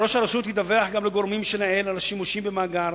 ראש הרשות ידווח גם לגורמים שלעיל על השימושים במאגר